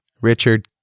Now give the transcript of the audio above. richard